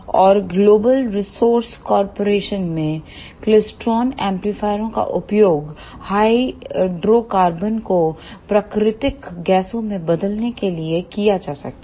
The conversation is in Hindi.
और ग्लोबल रिसोर्स कॉर्पोरेशन में क्लेस्ट्रॉन एम्पलीफायरों का उपयोग हाइड्रोकार्बन को प्राकृतिक गैसों में बदलने के लिए किया जाता है